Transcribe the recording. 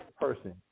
person